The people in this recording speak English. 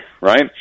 Right